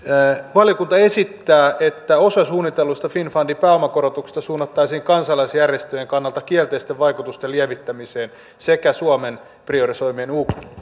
valiokunta esittää että osa suunnitellusta finnfundin pääomakorotuksesta suunnattaisiin kansalaisjärjestöjen kannalta kielteisten vaikutusten lievittämiseen sekä suomen priorisoimien